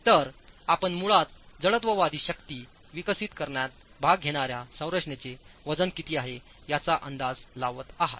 तर आपण मुळातजडत्ववादी शक्ती विकसित करण्यात भाग घेणार्या संरचनेचे वजन किती आहे याचाअंदाज लावत आहात